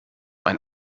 ein